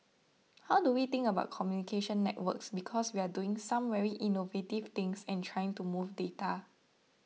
how do we think about communication networks because we are doing some very innovative things and trying to move data